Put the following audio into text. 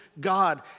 God